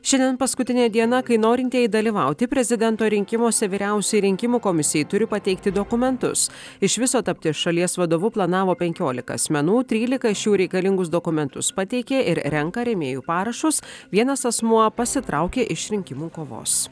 šiandien paskutinė diena kai norintieji dalyvauti prezidento rinkimuose vyriausiajai rinkimų komisijai turi pateikti dokumentus iš viso tapti šalies vadovu planavo penkiolika asmenų trylika šių reikalingus dokumentus pateikė ir renka rėmėjų parašus vienas asmuo pasitraukė iš rinkimų kovos